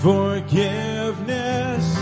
Forgiveness